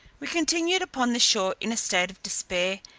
we continued upon the shore in a state of despair,